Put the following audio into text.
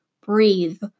breathe